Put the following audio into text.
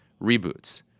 reboots